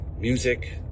music